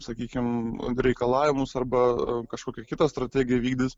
sakykim reikalavimus arba kažkokią kitą strategiją vykdys